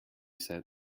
said